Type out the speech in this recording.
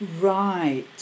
Right